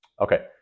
Okay